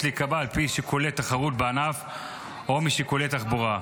להיקבע על פי שיקולי תחרות בענף או משיקולי תחבורה.